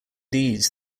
these